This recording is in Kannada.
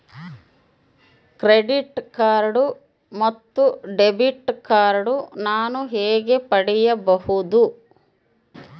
ಕ್ರೆಡಿಟ್ ಕಾರ್ಡ್ ಮತ್ತು ಡೆಬಿಟ್ ಕಾರ್ಡ್ ನಾನು ಹೇಗೆ ಪಡೆಯಬಹುದು?